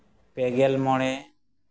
ᱯᱮ ᱜᱮᱞ ᱢᱚᱬᱮ